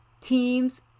teams